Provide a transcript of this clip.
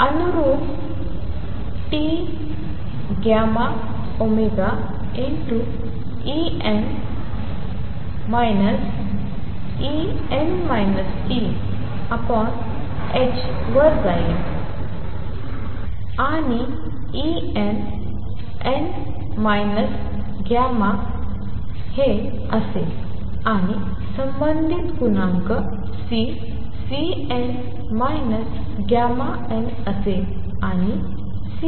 अनुरूप tτω En τ Enℏ वर जाईल आणि En Enτℏ हे येथे जात नाही आणि म्हणून τ क्वांटमसाठी योग्य गुणांक यांत्रिकरित्या En τ Enअसेल आणि संबंधित गुणांक C Cn τn असेल आणि Cnnτ